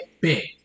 big